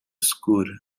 escura